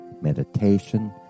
meditation